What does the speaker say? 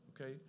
Okay